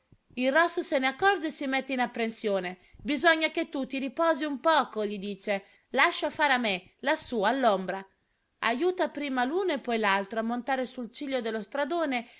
il rosso se n'accorge e si mette in apprensione bisogna che tu ti riposi un poco gli dice lascia fare a me lassù all'ombra ajuta prima l'uno e poi l'altro a montare sul ciglio dello stradone